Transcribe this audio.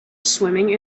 swimming